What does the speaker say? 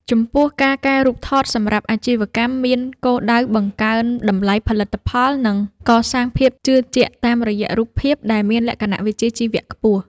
ចំពោះ ការកែរូបថតសម្រាប់អាជីវកម្មមានគោលដៅបង្កើនតម្លៃផលិតផល និងកសាងភាពជឿជាក់តាមរយៈរូបភាពដែលមានលក្ខណៈវិជ្ជាជីវៈខ្ពស់។